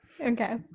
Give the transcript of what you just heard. Okay